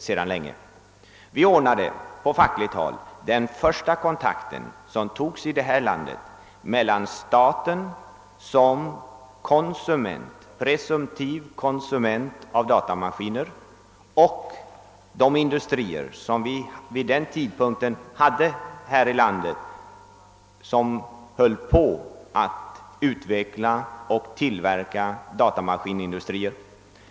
Vi åstadkom från fackligt håll den första kontakt som togs i detta land mellan staten som presumtiv konsument av datamaskiner och de industrier som vid den tidpunkten höll på att utveckla och tillverka datamaskiner här i landet.